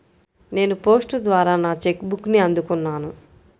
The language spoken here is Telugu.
నేను పోస్ట్ ద్వారా నా చెక్ బుక్ని అందుకున్నాను